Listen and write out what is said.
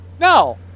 no